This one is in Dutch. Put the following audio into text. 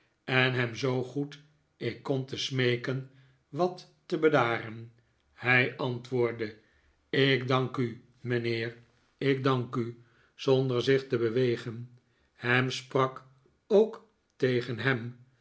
en hem zoo goed ik kon te smeeken wat te bedaren hij antwoordde ik dank u mijnheer ik dank u zonder zich te bewegen ham sprak ook tegen hem